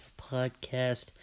Podcast